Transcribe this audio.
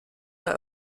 der